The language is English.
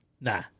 Nah